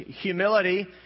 Humility